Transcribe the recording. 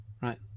Right